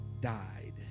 died